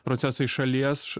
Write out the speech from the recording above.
procesai iš šalies